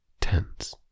tense